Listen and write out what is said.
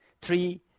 three